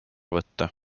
võtta